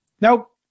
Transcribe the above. Nope